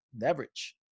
leverage